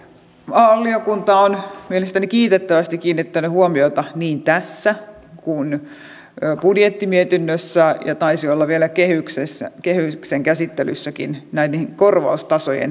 valiokunta on mielestäni kiitettävästi kiinnittänyt huomiota niin tässä kuin budjettimietinnössä ja taisi olla vielä kehyksen käsittelyssäkin näiden korvaustasojen riittävyyteen